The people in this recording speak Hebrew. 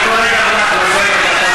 אני קורא גם אותך לסדר בפעם הראשונה.